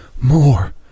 more